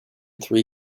three